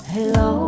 Hello